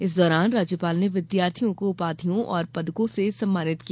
इस दौरान राज्यपाल ने विद्यार्थियों को उपाधियों और पदकों से सम्मानित किया